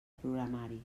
programari